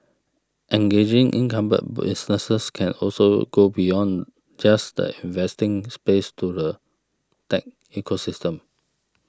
engaging incumbent businesses can also go beyond just the investing space to the tech ecosystem